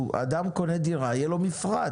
אדם קונה דירה, יהיה לו מפרט.